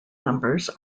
numbers